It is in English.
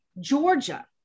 Georgia